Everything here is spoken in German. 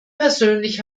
persönlich